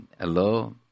Hello